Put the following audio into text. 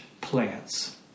plants